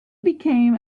became